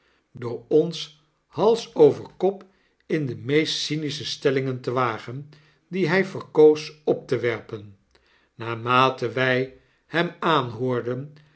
door ons hals over kop in de meest cynische stellingen te wagen die hij verkoos op te werpen naarmate wij hem